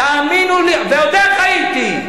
תאמינו לי, היית שם?